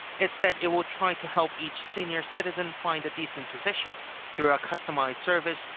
it said it will try to help each senior citizen find a decent position through a customized service,